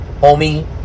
homie